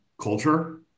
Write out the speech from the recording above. culture